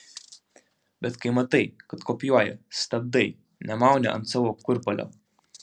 bet kai matai kad kopijuoja stabdai nemauni ant savo kurpalio